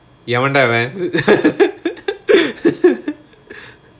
எவண்டவ:evandaava